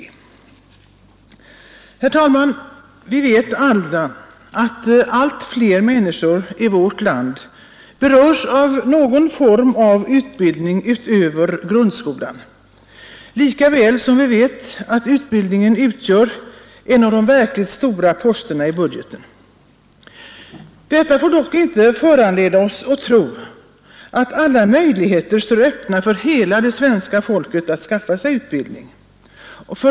Herr talman! Vi vet alla att allt fler människor i vårt land berörs av någon form av utbildning utöver grundskolan liksom vi vet att utbildningen utgör en av de verkligt stora posterna i budgeten. Detta får dock inte förleda oss att tro att alla möjligheter står öppna för hela det svenska folket att skaffa sig utbildning.